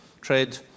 Trade